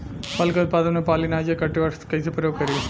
फल के उत्पादन मे पॉलिनाइजर कल्टीवर्स के कइसे प्रयोग करी?